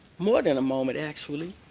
more than a moment actually,